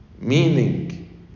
meaning